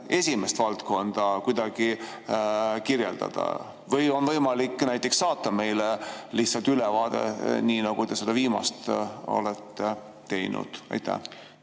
esimest valdkonda kuidagi kirjeldada. Või on võimalik näiteks saata meile lihtsalt ülevaade, nii nagu te seda viimast olete teinud? Tänan